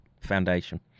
foundation